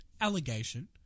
allegation